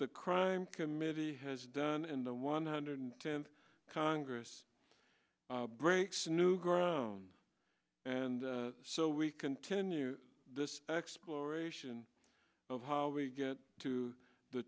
the crime committee has done in the one hundred tenth congress breaks new grown and so we continue this exploration of how we get to the